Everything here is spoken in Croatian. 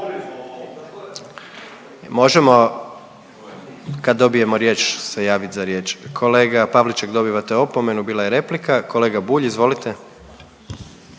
Možemo kad dobijemo riječ se javit za riječ. Kolega Pavliček dobivate opomenu, bila je replika. Kolega Bulj, izvolite.